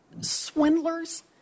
swindlers